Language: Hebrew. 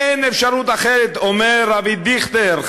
אין אפשרות אחרת" אומר אבי דיכטר,